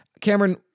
Cameron